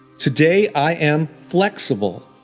today, i am flexible.